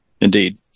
indeed